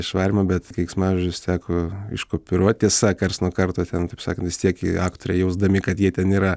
išvarymą bet keiksmažodžius teko iškupiūruoti tiesa karts nuo karto ten taip sakant vis tiek aktoriai jausdami kad jie ten yra